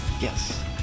Yes